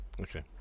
Okay